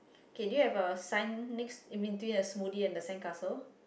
K do you have a sign next in between a smoothie and the sandcastle